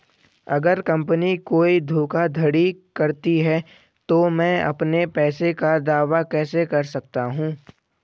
अगर कंपनी कोई धोखाधड़ी करती है तो मैं अपने पैसे का दावा कैसे कर सकता हूं?